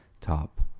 top